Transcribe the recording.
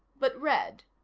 but red.